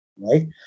Right